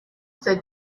they